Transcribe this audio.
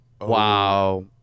Wow